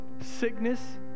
sickness